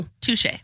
Touche